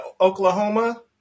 Oklahoma